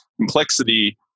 complexity